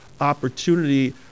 opportunity